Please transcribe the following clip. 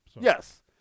Yes